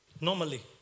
normally